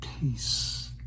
peace